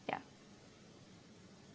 ya